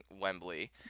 Wembley